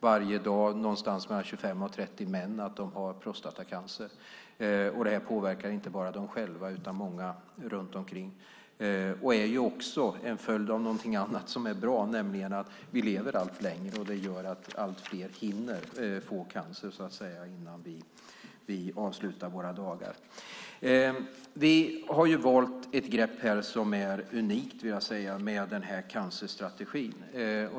Varje dag nås någonstans mellan 25 och 30 män av beskedet att de har prostatacancer. Det här påverkar inte bara dem själva utan även många runt omkring. Det här är också en följd av något bra, nämligen att vi lever allt längre och att allt fler "hinner" få cancer innan vi avslutar våra dagar. Vi har valt ett unikt grepp med cancerstrategin.